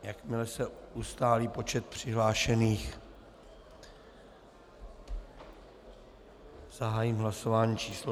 Jakmile se ustálí počet přihlášených, zahájím hlasování číslo 180...